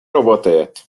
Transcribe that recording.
работает